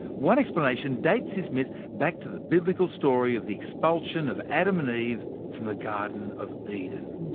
one explanation dates this myth back to the biblical story of the expulsion of adam and eve from the garden of eden.